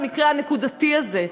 במקרה הנקודתי הזה,